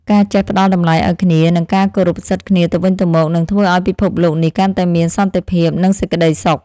ការចេះផ្ដល់តម្លៃឱ្យគ្នា និងការគោរពសិទ្ធិគ្នាទៅវិញទៅមក នឹងធ្វើឱ្យពិភពលោកនេះកាន់តែមានសន្តិភាព និងសេចក្តីសុខ។